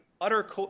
utter